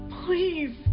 Please